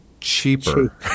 cheaper